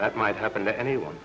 that might happen to anyone